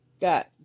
got